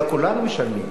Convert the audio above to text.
אלא כולנו משלמים.